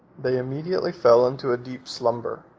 they immediately fell into a deep slumber,